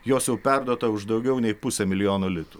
jos jau perduota už daugiau nei pusę milijono litų